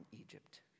Egypt